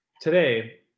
Today